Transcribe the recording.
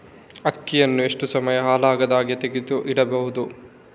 ಅಕ್ಕಿಯನ್ನು ಎಷ್ಟು ಸಮಯ ಹಾಳಾಗದಹಾಗೆ ತೆಗೆದು ಇಡಬಹುದು?